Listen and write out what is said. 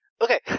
okay